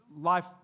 life